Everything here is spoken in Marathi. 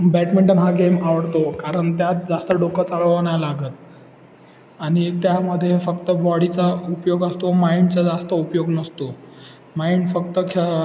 बॅडमिंटन हा गेम आवडतो कारण त्यात जास्त डोकं चालवा नाही लागत आणि त्यामध्ये फक्त बॉडीचा उपयोग असतो माइंडचा जास्त उपयोग नसतो माइंड फक्त खे